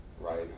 right